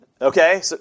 Okay